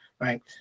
right